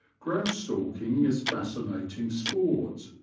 grouse stalking is fascinating sport,